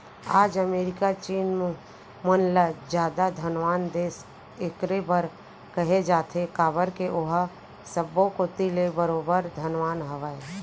आज अमेरिका चीन मन ल जादा धनवान देस एकरे बर कहे जाथे काबर के ओहा सब्बो कोती ले बरोबर धनवान हवय